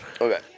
Okay